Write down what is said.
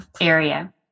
area